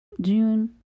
June